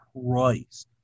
Christ